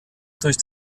durch